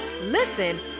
listen